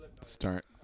Start